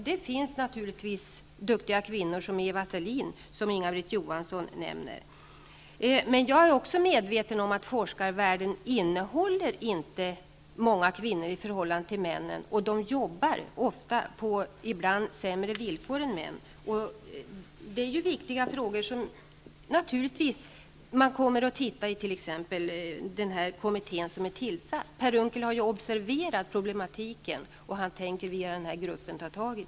Det finns naturligtvis duktiga kvinnor, t.ex. Eva Selin som Inga-Britt Johansson nämnde. Jag är också medveten om att forskarvärlden inte omfattar så många kvinnor i förhållande till männen, och kvinnorna arbetar ofta på sämre villkor är männen. Det är viktiga frågor som man naturligtvis kommer att titta på i t.ex. den kommitté som nu är tillsatt. Per Unckel har observerat problematiken och tänker i arbetsgruppen ta itu med den.